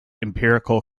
empirical